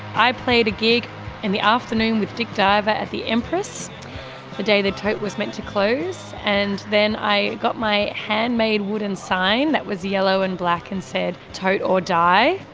i played a gig in the afternoon with dick diver at the empress the ah day the tote was meant to close, and then i got my handmade wooden sign that was yellow and black and said tote or die,